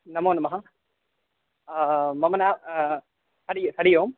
नमो नमः मम नाम हरिः ओम्